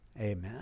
Amen